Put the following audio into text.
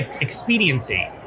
expediency